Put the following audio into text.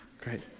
great